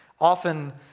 often